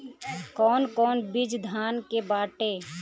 कौन कौन बिज धान के बाटे?